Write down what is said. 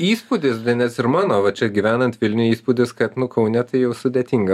įspūdis nes ir mano va čia gyvenant vilniuj įspūdis kad nu kaune tai jau sudėtinga